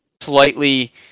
slightly